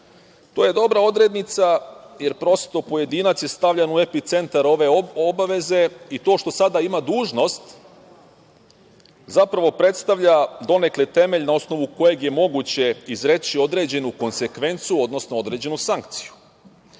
To je dobra odrednica, jer prosto pojedinac je stavljen u epicentar ove obaveze i to što sada ima dužnost zapravo predstavlja donekle temelj na osnovu kojeg je moguće izreći određenu konsekvencu, odnosno određenu sankciju. Isto